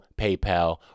PayPal